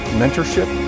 mentorship